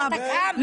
התרומה.